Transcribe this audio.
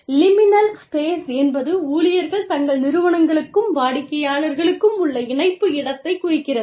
liminal space என்பது ஊழியர்கள் தங்கள் நிறுவனங்களுக்கும் வாடிக்கையாளர்களுக்கும் உள்ள இணைப்பு இடத்தைக் குறிக்கிறது